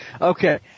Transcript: Okay